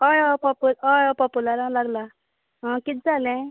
हय हय पोपो हय हय पोपोलारा लागला कितें जालें